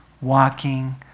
walking